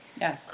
Yes